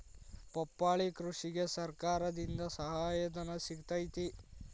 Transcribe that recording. ಪಪ್ಪಾಳಿ ಕೃಷಿಗೆ ಸರ್ಕಾರದಿಂದ ಸಹಾಯಧನ ಸಿಗತೈತಿ